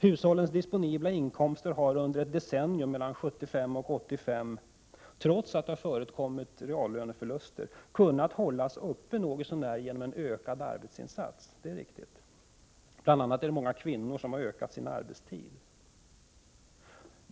Hushållens disponibla inkomster har under ett decennium, mellan 1975 och 1985 — trots att reallöneförluster har förekommit — kunnat hållas uppe något så när genom en ökad arbetsinsats. Bl. a. har många kvinnor ökat sin arbetstid.